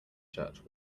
church